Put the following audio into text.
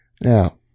Now